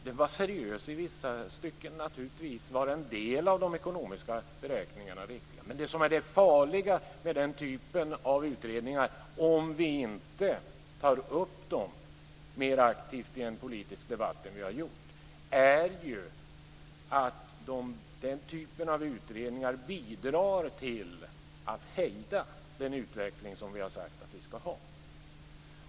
Den var i vissa stycken seriös - naturligtvis var en del av de ekonomiska beräkningarna riktiga - men det farliga med den typen av utredningar, om vi inte tar upp dem mera aktivt i en politisk debatt än vad vi har gjort, är att de bidrar till att hejda den utveckling som vi har sagt att vi ska ha.